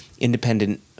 independent